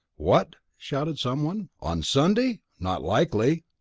what! shouted someone. on sunday? not likely!